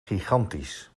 gigantisch